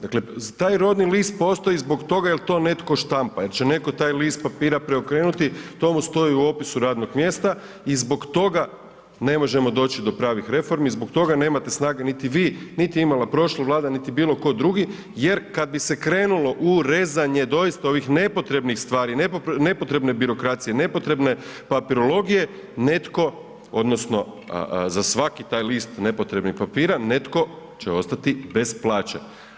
Dakle, taj rodni list postoji zbog toga jer to netko štampa jer će netko taj list papira preokrenuti to mu stoji u opisu radnog mjesta i zbog toga ne možemo doći do pravih reformi, zbog toga nemate snage niti vi, niti je imala prošla vlada, niti bilo tko drugi, jer kad bi se krenulo u rezanje doista ovih nepotrebnih stvari, nepotrebne birokracije, nepotrebne papirologije netko odnosno za svaki taj list nepotrebnih papira netko će ostati bez plaće.